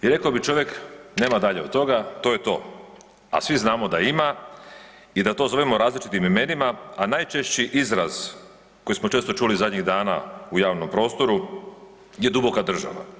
I reko bi čovjek nema dalje od toga, to je to, a svi znamo da ima i da to zovemo različitim imenima, a najčešći izraz koji smo često čuli zadnjih dana u javnom prostoru je duboka država.